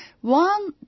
one